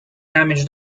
damage